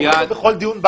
זה קורה פה בכל דיון,